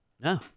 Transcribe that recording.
No